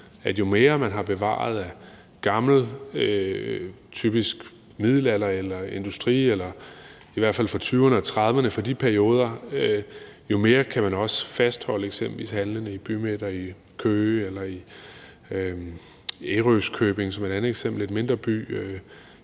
Jo mere man har bevaret af gammelt, typisk fra middelalderperioden eller industriperioden, eller i hvert fald fra 1920'erne og 1930'erne, jo mere kan man også fastholde eksempelvis handlende i bymidter som i Køge eller i Ærøskøbing. I eksempelvis andre,